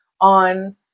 on